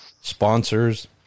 sponsors